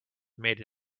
made